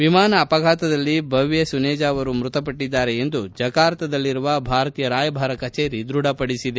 ವಿಮಾನ ಅಪಘಾತದಲ್ಲಿ ಭವ್ದೆ ಸುನೇಜಾ ಅವರು ಮೃತಪಟ್ಟದ್ದಾರೆ ಎಂದು ಜಕಾರ್ತದಲ್ಲಿರುವ ಭಾರತೀಯ ರಾಯಭಾರಿ ಕಚೇರಿ ದ್ವಢಪಡಿಸಿದೆ